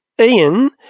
Ian